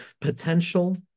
potential